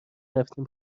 رفتیم